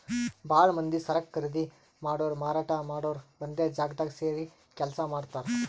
ಭಾಳ್ ಮಂದಿ ಸರಕ್ ಖರೀದಿ ಮಾಡೋರು ಮಾರಾಟ್ ಮಾಡೋರು ಒಂದೇ ಜಾಗ್ದಾಗ್ ಸೇರಿ ಕೆಲ್ಸ ಮಾಡ್ತಾರ್